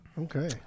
Okay